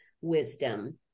wisdom